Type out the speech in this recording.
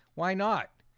why not?